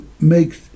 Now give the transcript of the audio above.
makes